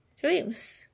dreams